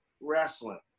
wrestling